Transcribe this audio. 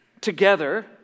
Together